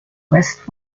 rest